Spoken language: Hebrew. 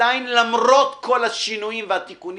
שלמרות כל השינויים והתיקונים